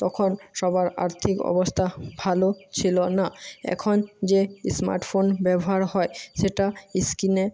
তখন সবার আর্থিক অবস্থা ভালো ছিল না এখন যে স্মার্ট ফোন ব্যবহার হয় সেটা স্ক্রিনে